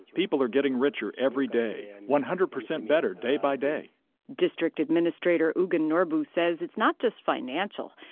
people are getting richer everyday, and one hundred percent better day by day district administrator ugyen norbu says it's not just financial.